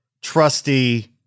trusty